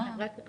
מה ---?